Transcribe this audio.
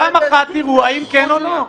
פעם אחת תראו האם כן או לא.